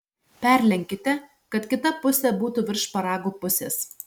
perlenkite kad kita pusė būtų virš šparagų pusės